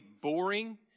boring